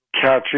catching